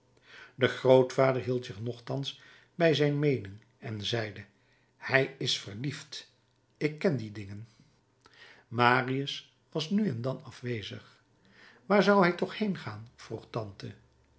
de grootvader hield zich nochtans bij zijn meening en zeide hij is verliefd ik ken die dingen marius was nu en dan afwezig waar zou hij toch heengaan vroeg tante